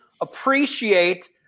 appreciate